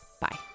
Bye